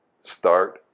Start